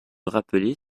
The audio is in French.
rappeler